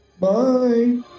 Bye